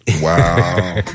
Wow